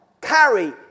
carry